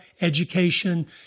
education